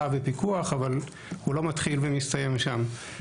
ופיקוח אבל הוא לא מתחיל ומסתיים שם.